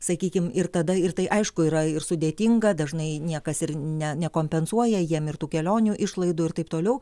sakykim ir tada ir tai aišku yra ir sudėtinga dažnai niekas ir ne nekompensuoja jiem ir tų kelionių išlaidų ir taip toliau